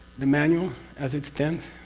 the manual as it stands?